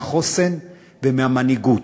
מהחוסן ומהמנהיגות,